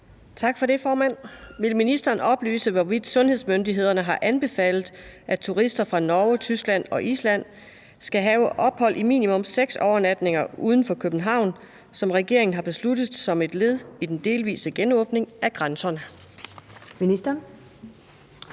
Matthiesen (V): Vil ministeren oplyse, hvorvidt sundhedsmyndighederne har anbefalet, at turister fra Norge, Tyskland og Island skal have ophold af minimum seks overnatninger uden for København, som regeringen har besluttet som et led i den delvise genåbning af grænserne? Første